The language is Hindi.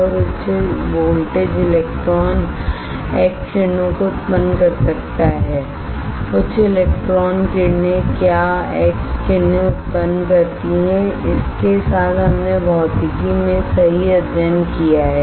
और उच्च वोल्टेज इलेक्ट्रॉन x किरणों को उत्पन्न कर सकता है उच्च इलेक्ट्रॉन किरणें क्या x किरणें उत्पन्न करती हैं इसके साथ हमने भौतिकी में सही अध्ययन किया है